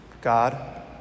God